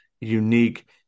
unique